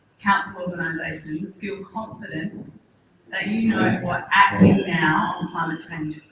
council organisations feel confident that you know what acting now on climate and